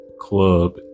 club